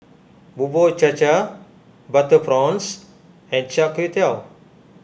Bubur Cha Cha Butter Prawns and Char Kway Teow